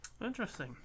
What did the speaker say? Interesting